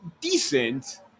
decent